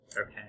Okay